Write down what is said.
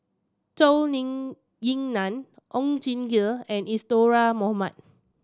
Zhou Ying Nan Oon Jin and Isadhora Mohamed